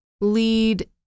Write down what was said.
lead